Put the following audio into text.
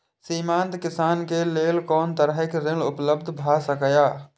सीमांत किसान के लेल कोन तरहक ऋण उपलब्ध भ सकेया?